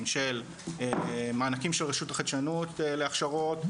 של מענקים של רשות החדשנות להכשרות,